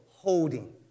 Holding